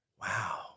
wow